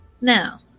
Now